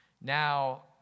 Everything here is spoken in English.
Now